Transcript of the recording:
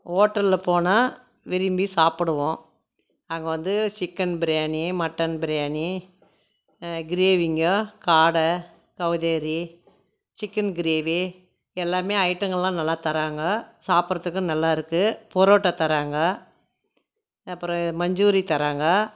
ஹோட்டலில் போனால் விரும்பி சாப்பிடுவோம் அங்கே வந்து சிக்கன் பிரியாணி மட்டன் பிரியாணி கிரேவிங்க காடை கவுதாரி சிக்கன் கிரேவி எல்லாமே ஐட்டங்கள்லாம் நல்லா தர்ராங்க சாப்பிடுறதுக்கு நல்லா இருக்குது பரோட்டா தராங்க அப்புறம் மஞ்சூரி தராங்க